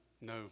No